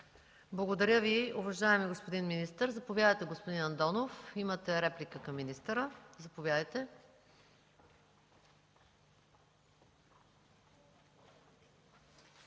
Благодаря Ви, уважаеми господин министър. Заповядайте, господин Андонов. Имате право на реплика към министъра. Заповядайте.